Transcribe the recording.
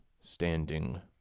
standing